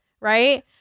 Right